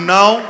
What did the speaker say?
now